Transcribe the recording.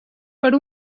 per